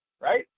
right